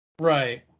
Right